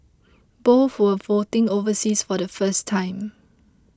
both were voting overseas for the first time